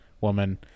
woman